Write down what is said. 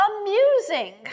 amusing